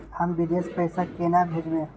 हम विदेश पैसा केना भेजबे?